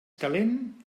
calent